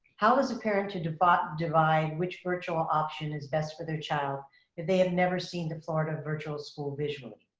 how is a parent to divide divide which virtual option is best for their child if they had never seen the florida virtual school visually.